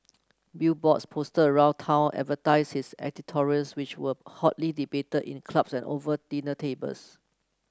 billboards posted around town advertised his editorials which were hotly debated in clubs and over dinner tables